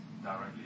directly